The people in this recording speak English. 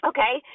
Okay